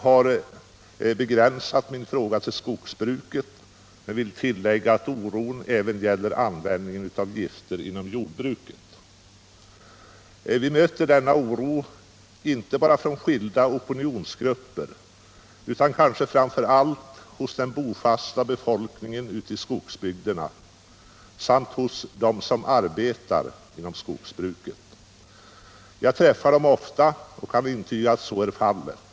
Torsdagen den vilka egenskaper produkten har från hälsoeller miljösynpunkt. Detta 10 november 1977 material granskas av produktkontrollnämnden i samband med registre Herr talman! Jag tackar jordbruksministern för svaret på min fråga. lövsly Orsaken till att jag har ställt frågan är att det, trots all den forskning som bedrivits omkring besprutningarna inom skogsbruket, växer fram en allt större oro hos allt fler människor för kemiska medel inom skogsbruket. Jag tänker då både på besprutningarna och på skogsgödslingen. Jag har begränsat min fråga till skogsbruket, men jag vill tillägga att oron även gäller användningen av gifter inom jordbruket. Vi möter denna oro inte bara inom opinionsgrupper utan kanske framför allt hos den bofasta befolkningen ute i skogsbygderna samt hos dem som arbetar inom skogsbruket. Jag träffar dem ofta och kan intyga att så är fallet.